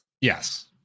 Yes